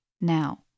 now